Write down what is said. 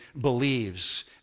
believes